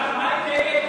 מה עם, ?